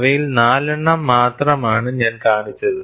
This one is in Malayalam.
അവയിൽ നാലെണ്ണം മാത്രമാണ് ഞാൻ കാണിച്ചത്